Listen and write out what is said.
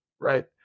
right